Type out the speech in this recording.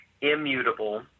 immutable